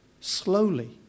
slowly